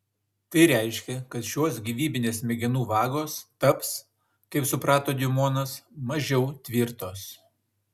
tai reiškia kad šios gyvybinės smegenų vagos taps kaip suprato diumonas mažiau tvirtos